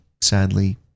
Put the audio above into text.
sadly